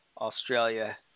Australia